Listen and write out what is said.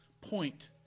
point